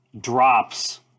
drops